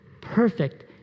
perfect